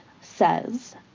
says